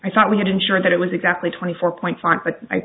i thought we had ensured that it was exactly twenty four point five but i